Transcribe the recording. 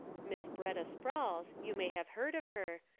miss b'retta sprowls, you may have heard of her,